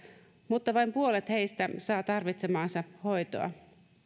mutta vain puolet heistä saa tarvitsemaansa hoitoa